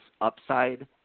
upside